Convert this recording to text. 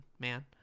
man